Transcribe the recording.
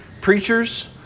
preachers